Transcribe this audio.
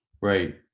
Right